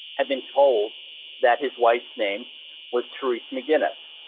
i've been told that his wife's name was therese mcginnes.